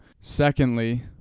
secondly